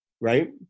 right